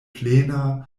plena